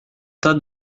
tas